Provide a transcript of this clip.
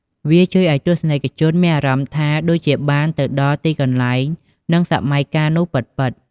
វាជួយឱ្យទស្សនិកជនមានអារម្មណ៍ថាដូចជាបានចូលទៅដល់ទីកន្លែង និងសម័យកាលនោះពិតៗ។